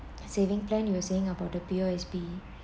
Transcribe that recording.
saving plan you were saying about the P_O_S_B